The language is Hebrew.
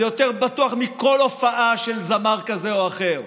זה יותר בטוח מכל הופעה של זמר כזה או אחר.